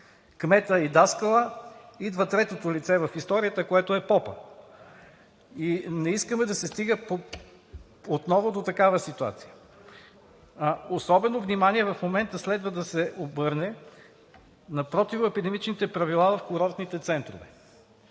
кмета и даскала, идва третото лице в историята, което е попът. Не искаме да се стига отново до такава ситуация. Особено внимание в момента следва да се обърне на противоепидемичните правила в курортните центрове.